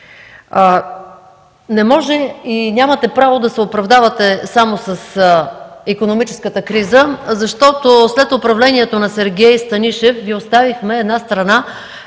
Не може и нямате право да се оправдавате само с икономическата криза, защото след управлението на Сергей Станишев Ви оставихме една страна,